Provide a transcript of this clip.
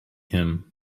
him